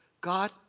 God